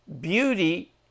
Beauty